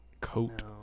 coat